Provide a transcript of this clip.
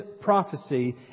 prophecy